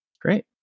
Great